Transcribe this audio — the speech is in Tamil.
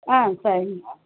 ஆ சரிங்க